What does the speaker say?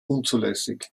unzulässig